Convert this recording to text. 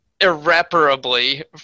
irreparably